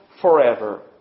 forever